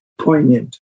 poignant